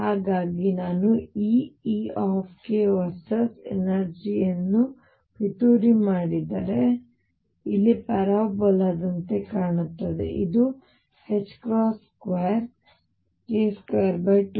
ಹಾಗಾಗಿ ನಾನು k E versus energy ಯನ್ನು ಪಿತೂರಿ ಮಾಡಿದರೆ ಅದು ಇಲ್ಲಿ ಪ್ಯಾರಾಬೋಲಾ ದಂತೆ ಕಾಣುತ್ತದೆ ಇದು 2k22m